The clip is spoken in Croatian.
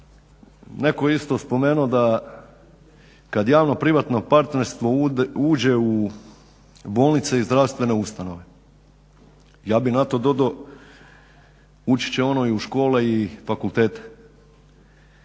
netko isto spomenuo da kad javno-privatno partnerstvo uđe u bolnice i zdravstvene ustanove. Ja bih na to dodao ući će ono i u škole i fakultete.